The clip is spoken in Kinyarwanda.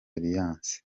alliance